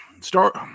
start